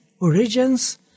origins